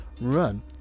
run